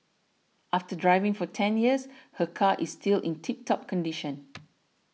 after driving for ten years her car is still in tip top condition